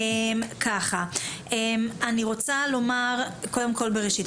אני רוצה לומר קודם כל בראשית,